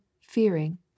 fearing